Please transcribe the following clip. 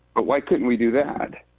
but why couldn't we do that?